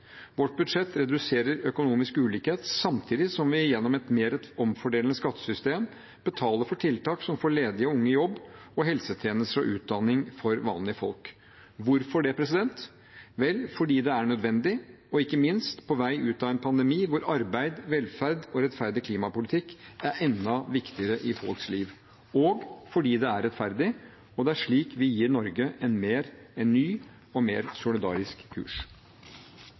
Vårt budsjett reduserer økonomisk ulikhet samtidig som vi gjennom et mer omfordelende skattesystem betaler for tiltak som får ledige og unge i jobb, og helsetjenester og utdanning for vanlige folk. Hvorfor det? Vel, fordi det er nødvendig – ikke minst på vei ut av en pandemi, hvor arbeid, velferd og rettferdig klimapolitikk er enda viktigere i folks liv – og fordi det er rettferdig. Det er slik vi gir Norge en ny og mer solidarisk kurs.